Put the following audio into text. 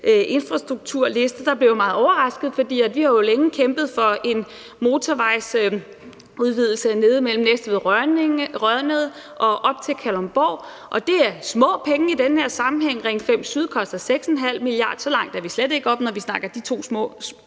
infrastrukturliste, blev jeg meget overrasket, for vi har jo længe kæmpet for en motorvejsudvidelse nede mellem Næstved og Rønnede og op til Kalundborg, og det er små penge i den her sammenhæng – Ring 5 syd koster 6,5 mia. kr.; så meget er vi slet ikke nået op på, når vi snakker de to små